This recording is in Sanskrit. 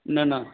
न न